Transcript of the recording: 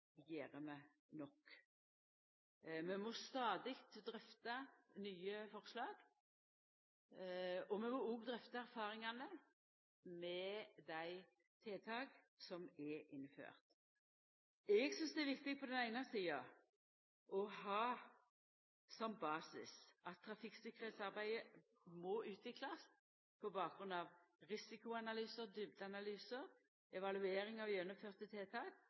må stadig drøfta nye forslag. Vi må òg drøfta erfaringane med dei tiltaka som er innførte. Eg synest det er viktig at trafikktryggleiksarbeidet må utviklast på bakgrunn av risikoanalysar og djupnanalysar, evaluering av gjennomførte tiltak